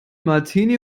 martini